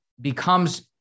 becomes